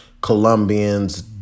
Colombians